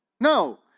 no